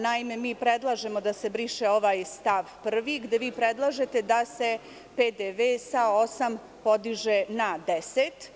Naime, mi predlažemo da se briše ovaj stav 1. gde vi predlažete da se PDV sa 8% podiže na 10%